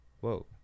whoa